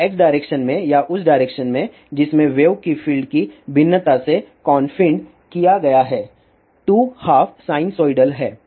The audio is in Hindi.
तो x डायरेक्शन या उस डायरेक्शन में जिसमें वेव को फील्ड की भिन्नता से कॉनफिनड किया गया है टू हाफ साइनसोइडल है